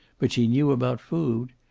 but she knew about food.